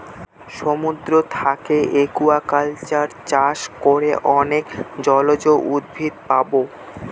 সমুদ্র থাকে একুয়াকালচার চাষ করে অনেক জলজ উদ্ভিদ পাবো